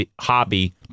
hobby